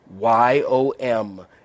yom